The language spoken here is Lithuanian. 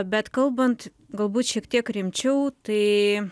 bet kalbant galbūt šiek tiek rimčiau tai